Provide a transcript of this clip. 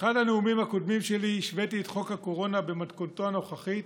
באחד הנאומים הקודמים שלי השוויתי את חוק הקורונה במתכונתו הנוכחית,